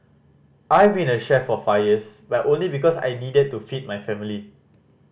I've been a chef for five years but only because I needed to feed my family